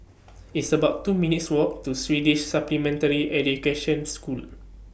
It's about two minutes' Walk to Swedish Supplementary Education School